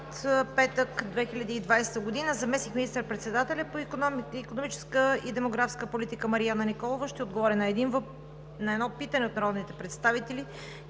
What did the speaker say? петък: 1. Заместник министър-председателят по икономическата и демографската политика Марияна Николова ще отговори на едно питане от народните представители